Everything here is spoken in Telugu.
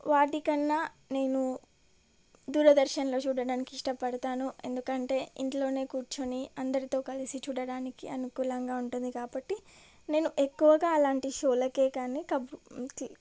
వాటికన్నా నేను దూరదర్శన్లో చూడడానికి ఇష్టపడతాను ఎందుకంటే ఇంట్లోనే కూర్చొని అందరితో కలిసి చూడడానికి అనుకూలంగా ఉంటుంది కాబట్టి నేను ఎక్కువగా అలాంటి షోలకే కాని కబ్బు